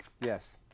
Yes